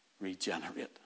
regenerate